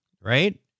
right